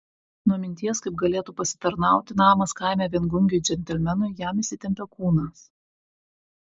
nuo minties kaip galėtų pasitarnauti namas kaime viengungiui džentelmenui jam įsitempė kūnas